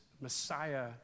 Messiah